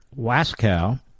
Waskow